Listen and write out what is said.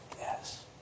Yes